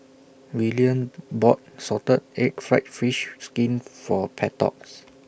Willian bought Salted Egg Fried Fish Skin For